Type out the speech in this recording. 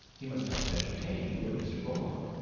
he must help to entertain you and mr. beaumont.